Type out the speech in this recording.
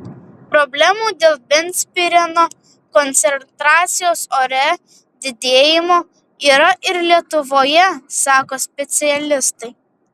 problemų dėl benzpireno koncentracijos ore didėjimo yra ir lietuvoje sako specialistai